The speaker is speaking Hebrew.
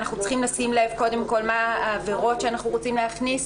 אנחנו צריכים לשים לב קודם כול מה העבירות שאנחנו רוצים להכניס.